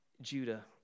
Judah